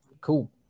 Cool